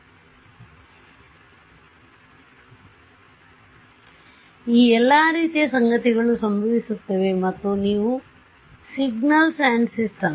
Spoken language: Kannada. ಆದ್ದರಿಂದ ಈ ಎಲ್ಲಾ ರೀತಿಯ ಸಂಗತಿಗಳು ಸಂಭವಿಸುತ್ತವೆ ಮತ್ತು ನೀವು signals and systems